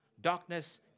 darkness